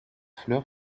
fleur